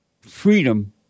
freedom